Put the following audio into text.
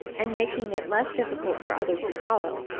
and making it less difficult for others to follow,